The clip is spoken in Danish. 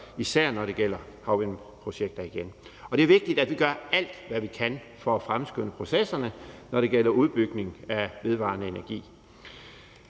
især når det gælder havvindmølleprojekter. Det er vigtigt, at vi gør alt, hvad vi kan, for at fremskynde processerne, når det gælder udbygning af vedvarende energi.